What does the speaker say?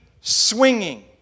swinging